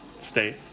state